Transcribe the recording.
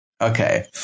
Okay